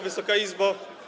Wysoka Izbo!